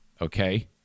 Okay